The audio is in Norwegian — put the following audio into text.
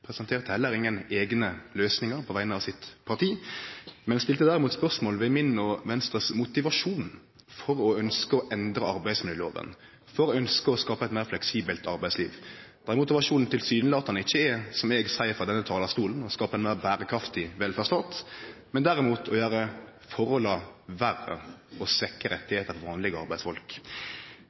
presenterte heller ikkje eigne løysingar på vegner av sitt parti. Han stilte derimot spørsmål ved min og Venstre sin motivasjon for å ønske å endre arbeidsmiljøloven, for å ønske å skape eit meir fleksibelt arbeidsliv – der motivasjonen tilsynelatande ikkje er, som eg seier frå denne talarstolen, å skape ein meir berekraftig velferdsstat, men derimot å gjere forholda verre og svekke rettane for vanlege arbeidsfolk.